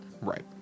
Right